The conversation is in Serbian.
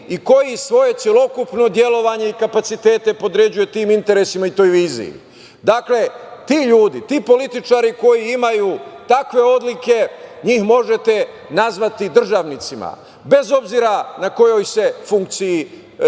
i koji svoje celokupno delovanje i kapacitete podređuje tim interesima i toj viziji. Dakle, ti ljudi, ti političari koji imaju takve odlike njih možete nazvati državnicima, bez obzira na kojoj se funkciji,